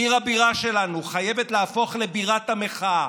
עיר הבירה שלנו חייבת להפוך לבירת המחאה,